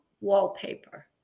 wallpaper